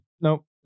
nope